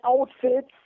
outfits